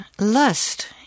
lust